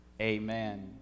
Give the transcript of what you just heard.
Amen